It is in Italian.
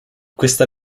questa